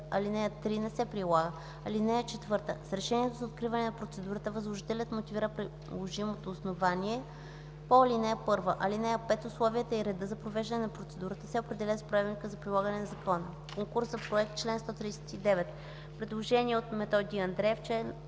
ал. 3 не се прилага. (4) С решението за откриване на процедурата възложителят мотивира приложимото основание по ал. 1. (5) Условията и редът за провеждане на процедурата се определят с правилника за прилагане на закона.” „Конкурс за проект” – чл. 139. Предложение от Методи Андреев